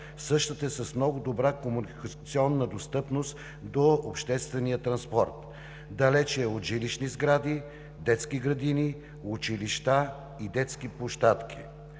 Същата е с много добра комуникационна достъпност до обществения транспорт, далеч е от жилищни сгради, детски градини, училища и детски площадки.